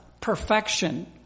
perfection